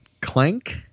clank